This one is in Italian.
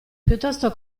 piuttosto